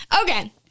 Okay